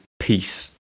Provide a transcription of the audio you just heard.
peace